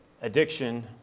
addiction